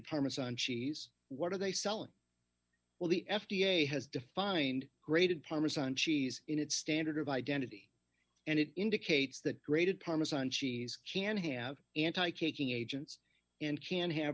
parmesan cheese what are they selling well the f d a has defined grated parmesan cheese in its standard of identity and it indicates that grated parmesan cheese can have anti caking agents and can have